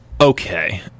Okay